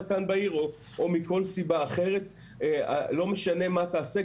כאן בעיר או מכל סיבה אחרת ולא משנה מה תעשה,